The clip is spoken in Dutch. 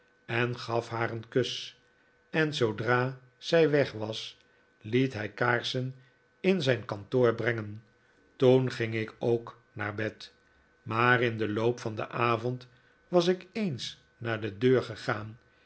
en gaf haar een kus en zoodra zij weg was liet hij kaarsen in zijn kantoor brengen toen ging ik ook naar bed maar in den loop van den avond was ik eens naar de deur gegaan